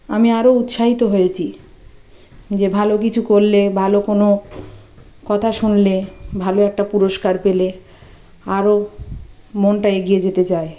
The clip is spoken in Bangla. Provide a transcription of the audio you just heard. আমি আরো উৎসাহিত হয়েছি যে ভালো কিছু করলে ভালো কোনো কথা শুনলে ভালো একটা পুরস্কার পেলে আরো মনটা এগিয়ে যেতে চায়